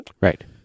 Right